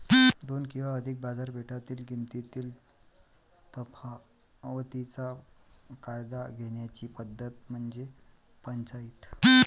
दोन किंवा अधिक बाजारपेठेतील किमतीतील तफावतीचा फायदा घेण्याची पद्धत म्हणजे पंचाईत